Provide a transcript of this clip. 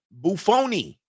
Buffoni